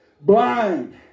blind